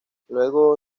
luego